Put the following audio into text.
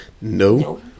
No